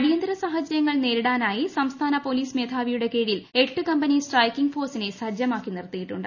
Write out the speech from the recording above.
അടിയന്തര സാഹചര്യങ്ങൾ നേരിടാനായി സംസ്ഥാന പോലീസ് മേധാവിയുടെ കീഴിൽ എട്ട് കമ്പനി സ്ട്രൈക്കിംഗ് ഫോഴ്സിനെ സജ്ജമാക്കി നിർത്തിയിട്ടുണ്ട്